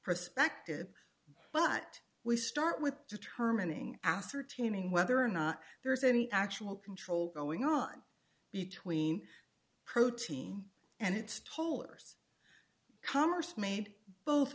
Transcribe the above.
perspective but we start with determining ascertaining whether or not there is any actual control going on between protein and its tollers commerce made both